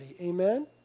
Amen